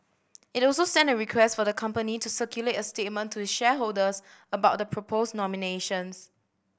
it also sent a request for the company to circulate a statement to its shareholders about the proposed nominations